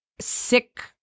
sick